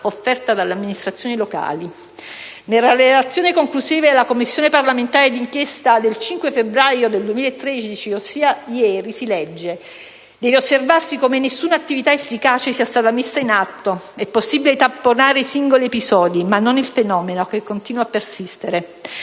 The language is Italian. offerto dalle amministrazioni locali». Nella relazione conclusiva della Commissione parlamentare d'inchiesta del 5 febbraio 2013 - ossia ieri - si legge: «Deve osservarsi come nessuna attività efficace sia stata messa in atto. È possibile tamponare i singoli episodi, ma non il fenomeno, che continua a persistere».